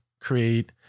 create